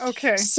Okay